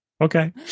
Okay